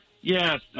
Yes